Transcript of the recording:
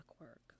work